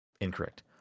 Incorrect